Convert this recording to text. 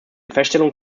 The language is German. feststellung